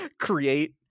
create